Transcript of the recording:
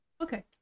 Okay